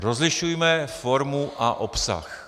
Rozlišujme formu a obsah.